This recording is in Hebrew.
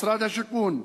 משרד השיכון,